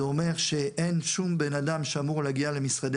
זה אומר שאין שום בן אדם שאמור להגיע למשרדי